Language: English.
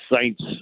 Saints